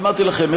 כי אמרתי לכם,